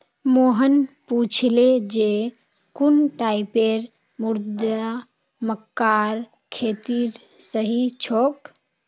मोहन पूछले जे कुन टाइपेर मृदा मक्कार खेतीर सही छोक?